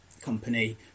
company